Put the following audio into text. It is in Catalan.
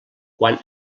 quan